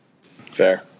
Fair